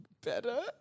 better